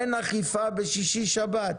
אין אכיפה בשישי שבת.